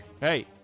Hey